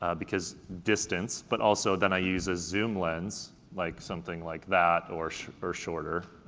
ah because distance, but also then i use a zoom lens, like something like that or or shorter,